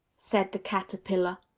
said the caterpillar.